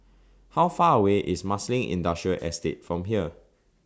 How Far away IS Marsiling Industrial Estate from here